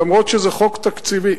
אף-על-פי שזה חוק תקציבי.